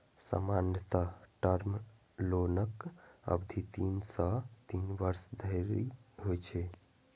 सामान्यतः टर्म लोनक अवधि तीन सं तीन वर्ष धरि होइ छै